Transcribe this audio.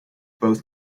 both